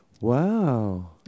Wow